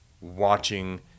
watching